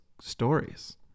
stories